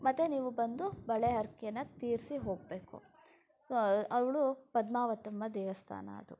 ಮತ್ತೆ ನೀವು ಬಂದು ಬಳೆ ಹರಕೇನ ತೀರಿಸಿ ಹೋಗಬೇಕು ಅವಳು ಪದ್ಮಾವತಮ್ಮ ದೇವಸ್ಥಾನ ಅದು